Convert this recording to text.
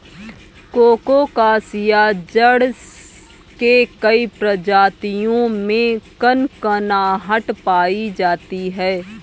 colocasia जड़ के कई प्रजातियों में कनकनाहट पायी जाती है